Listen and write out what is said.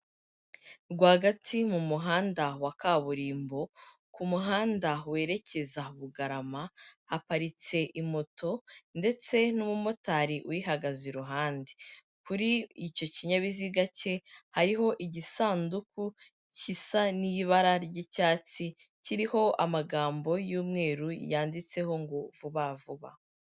Rwagati mu muhanda wa kaburimbo, ku muhanda werekeza Bugarama haparitse imoto ndetse n'umumotari uyihagaze iruhande. Kuri icyo kinyabiziga cye, hariho igisanduku kisa n'ibara ry'icyatsi kiriho amagambo y'umweru yanditseho ngo vuba vuba.